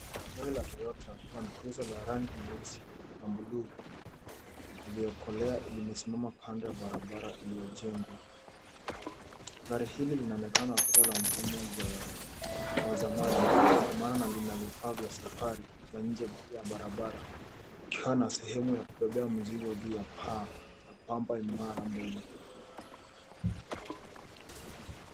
Gari la Toyota landcruiser la rangi nyeusi na bluu iliyokolea limesimama kando ya barabara iliyojengwa. Gari hili linaonekana kuwa la mfumo wa zamani kwa maana lina vifaa vya safari za nje ya barabara ikiwa na sehemu ya kubebea mzigo juu ya pamba imara mbele.